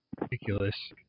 ridiculous